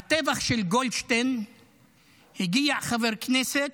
בטבח של גולדשטיין הגיע חבר כנסת,